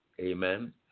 Amen